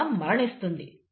ఆ కణం మరణిస్తుంది